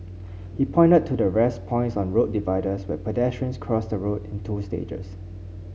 he pointed to the rest points on road dividers where pedestrians cross the road in two stages